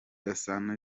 gasana